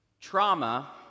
Trauma